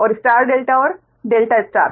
और star delta और delta star